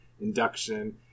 induction